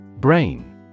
Brain